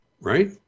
Right